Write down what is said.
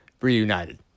reunited